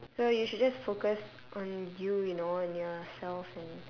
so you should just focus on you you know and yourself and